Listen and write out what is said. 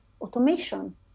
automation